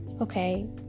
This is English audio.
okay